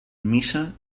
missa